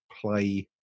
play